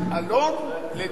אלון לציפי לבני?